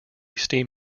steam